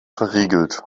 verriegelt